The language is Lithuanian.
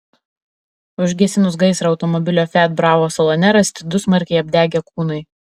užgesinus gaisrą automobilio fiat bravo salone rasti du smarkiai apdegę kūnai